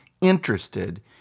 interested